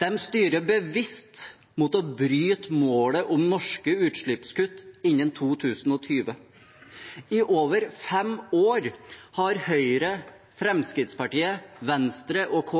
De styrer bevisst mot å bryte målet om norske utslippskutt innen 2020. I over fem år har Høyre, Fremskrittspartiet, Venstre og